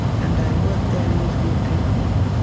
and i work there amongst my people.